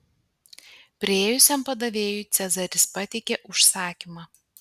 priėjusiam padavėjui cezaris pateikė užsakymą